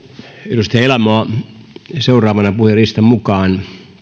edustaja elomaa seuraavana puhujalistan mukaan